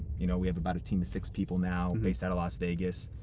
you know we have about a team of six people now, based outta los vegas.